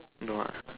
no ah